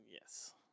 yes